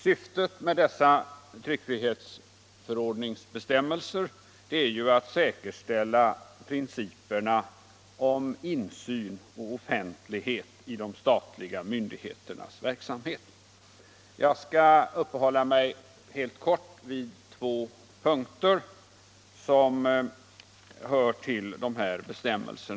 Syftet med dessa tryckfrihetsförordningsbestämmelser är att säkerställa principerna om insyn och offentlighet i de statliga myndigheternas verksamhet. Jag skall uppehålla mig helt kort vid två punkter som berör dessa bestämmelser.